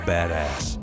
Badass